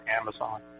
Amazon